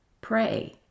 Pray